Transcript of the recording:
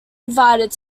invited